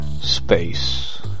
space